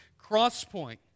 Crosspoint